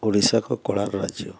ଓଡ଼ିଶାକୁ କଳାର ରାଜ୍ୟ